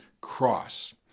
cross